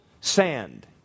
sand